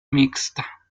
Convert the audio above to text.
mixta